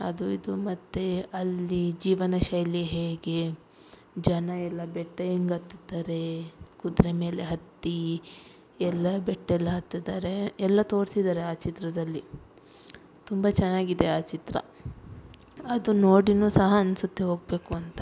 ಅದು ಇದು ಮತ್ತೆ ಅಲ್ಲಿ ಜೀವನಶೈಲಿ ಹೇಗೆ ಜನ ಎಲ್ಲ ಬೆಟ್ಟ ಹೆಂಗ್ ಹತ್ತುತ್ತಾರೆ ಕುದುರೆ ಮೇಲೆ ಹತ್ತಿ ಎಲ್ಲ ಬೆಟ್ಟ ಎಲ್ಲ ಹತ್ತುತ್ತಾರೆ ಎಲ್ಲ ತೋರಿಸಿದ್ದಾರೆ ಆ ಚಿತ್ರದಲ್ಲಿ ತುಂಬ ಚೆನ್ನಾಗಿದೆ ಆ ಚಿತ್ರ ಅದನ್ ನೋಡಿ ಸಹ ಅನಿಸುತ್ತೆ ಹೋಗ್ಬೇಕು ಅಂತ